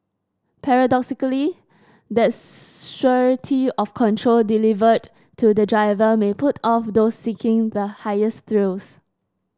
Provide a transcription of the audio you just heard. paradoxically that surety of control delivered to the driver may put off those seeking the highest thrills